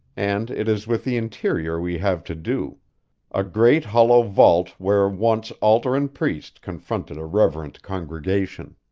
and it is with the interior we have to do a great hollow vault where once altar and priest confronted a reverent congregation.